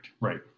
right